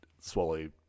swallow